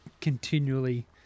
continually